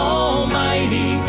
almighty